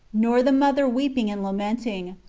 nor the mother weeping and lamenting,